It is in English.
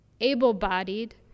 able-bodied